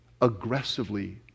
aggressively